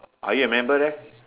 are you a member there